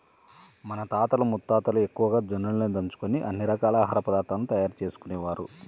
మన తాతలు ముత్తాతలు ఎక్కువగా జొన్నలనే దంచుకొని అన్ని రకాల ఆహార పదార్థాలను తయారు చేసుకునేవారు